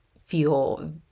feel